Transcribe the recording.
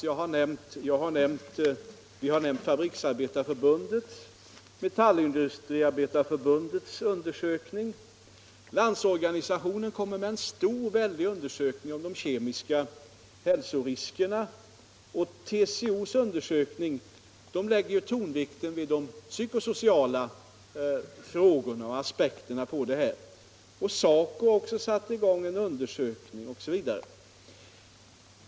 Vi har nämnt Fabriksarbetareförbundets undersökning och Metallindustriarbetareförbundets undersökning. LO arbetar med en mycket stor undersökning om de kemiska hälsoriskerna, och TCO lägger i sin undersökning tonvikten vid de psykosociala aspekterna på de här frågorna. SACO har också satt i gång en undersökning osv.